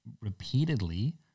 repeatedly